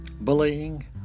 bullying